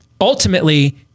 Ultimately